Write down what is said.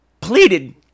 pleaded